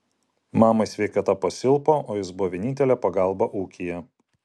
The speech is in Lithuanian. mamai sveikata pasilpo o jis buvo vienintelė pagalba ūkyje